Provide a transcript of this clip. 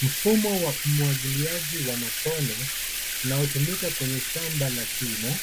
Mfumo wa umwagiliaji wa matone unaotumika kwenye shamba la kilimo.